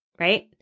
right